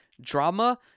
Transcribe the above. Drama